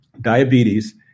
diabetes